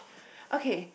okay